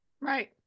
Right